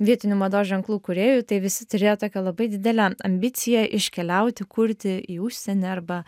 vietinių mados ženklų kūrėjų tai visi turėjo tokią labai didelę ambiciją iškeliauti kurti į užsienį arba